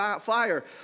fire